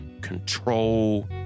control